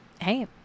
Hey